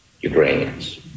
Ukrainians